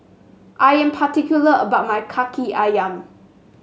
I am particular about my kaki ayam